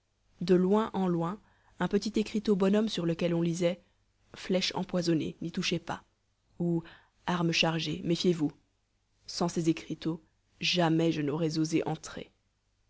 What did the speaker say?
de loin en loin un petit écriteau bonhomme sur lequel on lisait flèches empoisonnées n'y touchez pas ou armes chargées méfiez-vous sans ces écriteaux jamais je n'aurais osé entrer